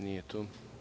Nije tu.